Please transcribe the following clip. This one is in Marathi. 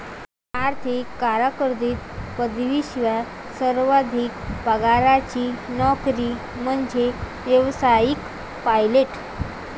आर्थिक कारकीर्दीत पदवीशिवाय सर्वाधिक पगाराची नोकरी म्हणजे व्यावसायिक पायलट